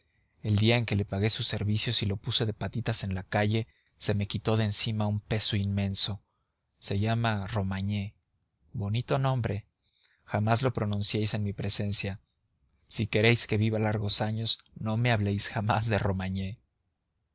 el día en que le pagué sus servicios y lo puse de patitas en la calle se me quitó de encima un peso inmenso se llama romagné bonito nombre jamás lo pronunciéis en mi presencia si queréis que viva largos años no me habléis jamás de romagné